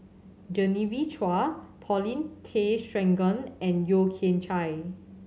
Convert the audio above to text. Genevieve Chua Paulin Tay Straughan and Yeo Kian Chai